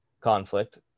conflict